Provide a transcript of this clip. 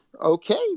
okay